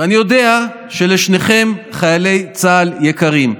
ואני יודע שלשניכם חיילי צה"ל יקרים.